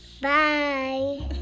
Bye